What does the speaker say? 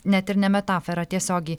net ir ne metafora tiesiogiai